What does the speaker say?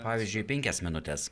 pavyzdžiui penkias minutes